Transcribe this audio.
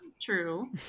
true